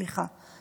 סליחה.